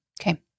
Okay